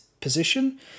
position